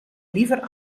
liever